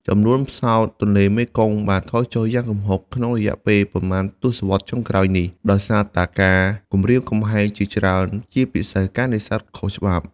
ចំនួនផ្សោតទន្លេមេគង្គបានថយចុះយ៉ាងគំហុកក្នុងរយៈពេលប៉ុន្មានទសវត្សរ៍ចុងក្រោយនេះ ដោយសារតែការគំរាមកំហែងជាច្រើន ជាពិសេសការនេសាទខុសច្បាប់។